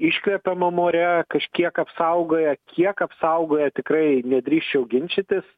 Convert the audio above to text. iškvepiamam ore kažkiek apsaugoja kiek apsaugoja tikrai nedrįsčiau ginčytis